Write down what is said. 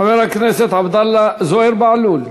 חבר הכנסת זוהיר בהלול,